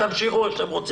תמשיכו איך שאתם רוצים.